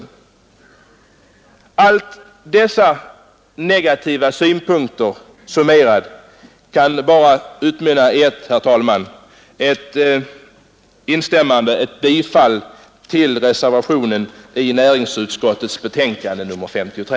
En summering av alla dessa negativa faktorer kan, herr talman, bara utmynna i ett yrkande om bifall till reservationen i näringsutskottets betänkande nr 53.